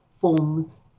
forms